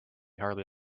hardly